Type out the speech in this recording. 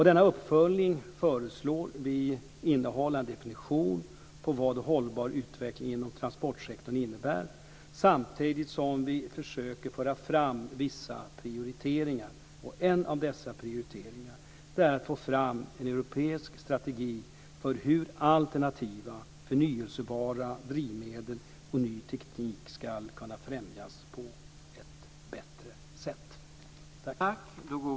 Denna uppföljning föreslår vi innehålla en definition på vad hållbar utveckling inom transportsektorn innebär, samtidigt som vi försöker föra fram vissa prioriteringar. En av dessa prioriteringar är att få fram en europeisk strategi för hur alternativa eller förnybara drivmedel och ny teknik ska kunna främjas på ett bättre sätt.